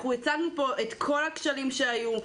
אנחנו הצגנו פה את כל הכשלים שהיו,